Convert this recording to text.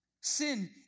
Sin